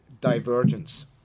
divergence